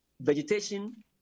vegetation